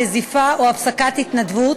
נזיפה או הפסקת התנדבות.